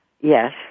Yes